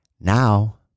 now